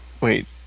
Wait